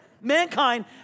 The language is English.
mankind